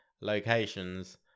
locations